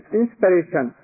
inspiration